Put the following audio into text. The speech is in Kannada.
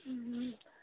ಹ್ಞೂ ಹ್ಞೂ